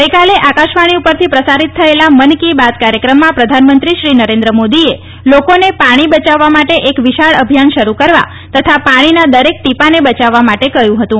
ગઇકાલે આકાશવાણી પરથી પ્રસારિત થયેલા મન કી બાત કાર્યક્રમમાં પ્રધાનમંત્રી શ્રી નરેન્દ્ર મોદીએ લોકોને પાણી બચાવવા માટે એક વિશાળ અભિયાન શરૂ કરવા તથા પાણીના દરેક ટીપાને બચાવવા માટે કહ્યું હતું